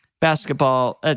Basketball